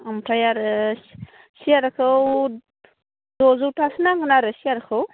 ओमफ्राय आरो सेयारखौ दजौथासो नांगोन आरो सेयारखौ